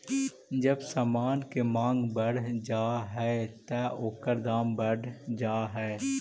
जब समान के मांग बढ़ जा हई त ओकर दाम बढ़ जा हई